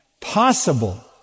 possible